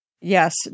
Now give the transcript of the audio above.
Yes